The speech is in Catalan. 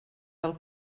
del